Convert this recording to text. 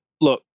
look